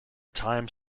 time